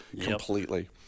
completely